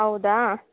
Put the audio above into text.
ಹೌದಾ